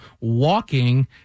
walking